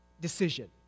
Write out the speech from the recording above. decision